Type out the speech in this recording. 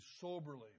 soberly